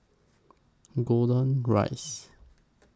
Golden Rise